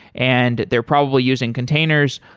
and they're probably using containers,